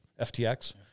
FTX